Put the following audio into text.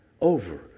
over